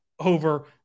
over